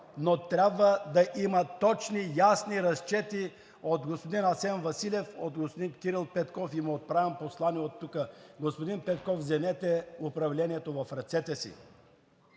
но трябва да има точни, ясни разчети от господин Асен Василев, от господин Кирил Петков – и им отправям послание оттук. Господин Петков, вземете управлението в ръцете си!